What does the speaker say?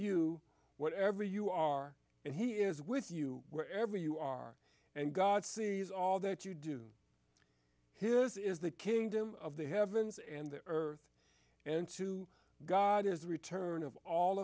you whatever you are and he is with you wherever you are and god sees all that you do his is the kingdom of the heavens and the earth and to god is the return of all